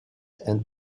and